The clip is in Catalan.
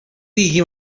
digui